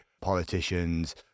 politicians